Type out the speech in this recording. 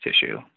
tissue